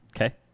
Okay